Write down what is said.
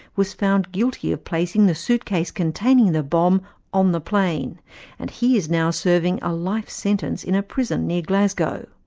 was found guilty of placing the suitcase containing the bomb on the plane and he is now serving a life sentence in a prison near glasgow.